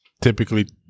typically